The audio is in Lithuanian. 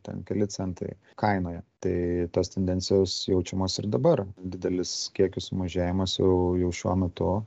ten keli centai kainoje tai tos tendencijos jaučiamos ir dabar didelis kiekių sumažėjimas jau jau šiuo metu